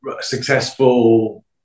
successful